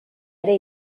ere